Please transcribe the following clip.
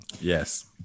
yes